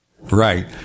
Right